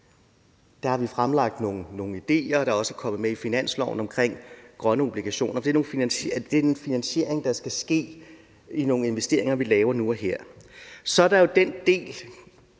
der har vi fremlagt nogle ideer, der også er kommet med i finansloven, om grønne obligationer. Det er en finansiering af nogle investeringer, vi laver nu og her. Så er der den del,